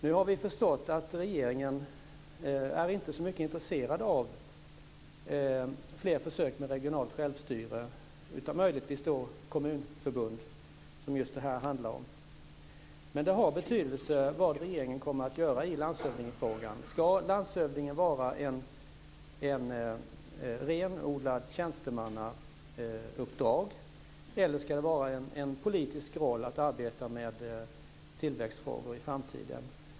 Nu har vi förstått att regeringen inte är så intresserad av fler försök med regionalt självstyre, utan det ska möjligen vara kommunförbund som det handlar om här. Det har betydelse vad regeringen kommer att göra i landshövdingefrågan. Ska landshövdingesysslan vara ett renodlad tjänstemannauppdrag eller ska det vara en politisk roll att arbeta med tillväxtfrågor i framtiden?